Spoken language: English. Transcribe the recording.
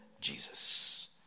Jesus